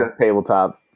tabletop